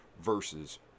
versus